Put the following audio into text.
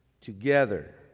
together